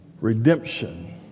redemption